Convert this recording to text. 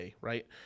right